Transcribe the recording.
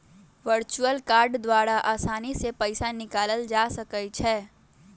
virtual card द्वारा असानी से पइसा निकालल जा सकइ छै